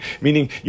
Meaning